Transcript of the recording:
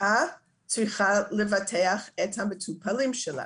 בשבט תשפ"ב.